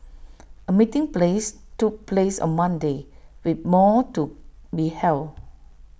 A meeting place took place on Monday with more to be held